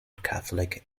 catholic